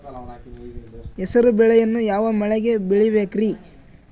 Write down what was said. ಹೆಸರುಬೇಳೆಯನ್ನು ಯಾವ ಮಳೆಗೆ ಬೆಳಿಬೇಕ್ರಿ?